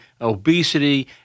obesity